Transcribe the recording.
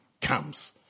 comes